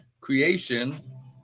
Creation